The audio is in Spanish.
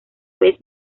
vez